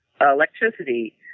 electricity